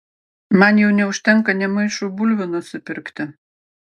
man jau neužtenka nė maišui bulvių nusipirkti